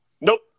Nope